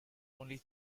only